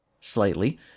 slightly